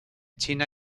china